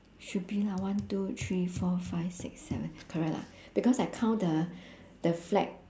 should be lah one two three four five six seven correct lah because I count the the flag